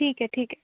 ٹھیک ہے ٹھیک ہے